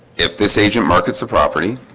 if this agent markets the property